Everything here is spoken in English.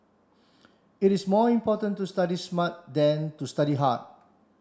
it is more important to study smart than to study hard